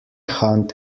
hand